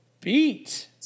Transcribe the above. beat